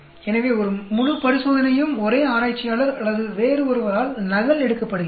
எனவே முழு பரிசோதனையும் ஒரே ஆராய்ச்சியாளர் அல்லது வேறு ஒருவரால் நகலெடுக்கப்படுகிறது